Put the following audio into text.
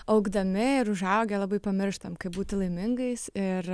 augdami ir užaugę labai pamirštam kaip būti laimingais ir